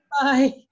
Bye